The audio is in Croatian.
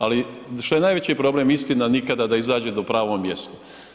Ali što je najveći problem, istina nikada da izađe na pravo mjesto.